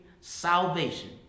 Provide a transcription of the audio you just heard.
salvation